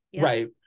Right